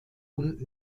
und